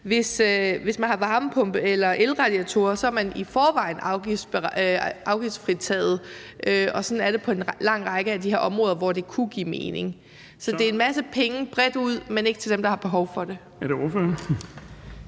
Hvis man har varmepumpe eller elradiatorer, er man i forvejen afgiftsfritaget, og sådan er det på en lang række af de her områder, hvor det kunne give mening. Så det er en masse penge, der kommer bredt ud, men ikke til dem, der har behov for det. Kl. 15:23